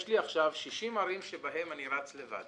יש לי עכשיו 60 ערים שבהן אני רץ לבד